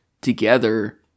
together